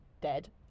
dead